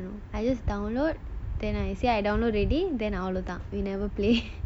I just download then I say I download already then we never play